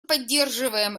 поддерживаем